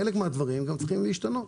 חלק מן הדברים גם צריכים להשתנות,